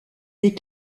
des